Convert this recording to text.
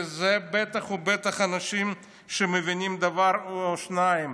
ואלה בטח ובטח אנשים שמבינים דבר או שניים,